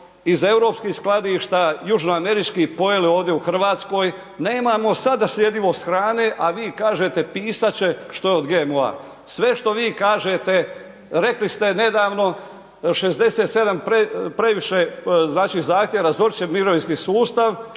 iz europskih skladišta, južnoameričkih pojeli ovdje u Hrvatskoj. Nemamo sada slijedvost hrane, a vi kažete pisat će što je od GMO-a. Sve što vi kažete, rekli ste nedavno 67 previše… razorit će mirovinski sustav,